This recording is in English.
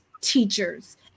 teachers